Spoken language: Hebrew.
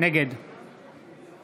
נגד